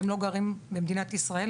והם לא גרים במדינת ישראל,